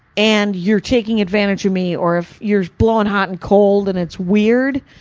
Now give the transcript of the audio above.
and you're taking advantage of me, or if you're blowing hot and cold and it's weird,